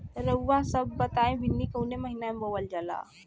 रउआ सभ बताई भिंडी कवने महीना में बोवल जाला?